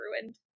ruined